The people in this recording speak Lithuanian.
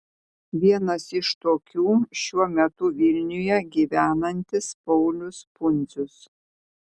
vienas iš tokių šiuo metu vilniuje gyvenantis paulius pundzius